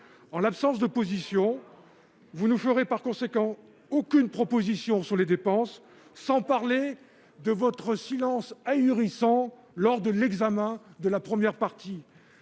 de prise de position, vous ne ferez aucune proposition sur les dépenses sans parler de votre silence ahurissant lors de l'examen de la première partie